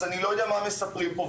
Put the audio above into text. אז אני לא יודע מה מספרים פה.